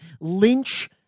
lynch